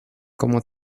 como